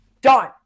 done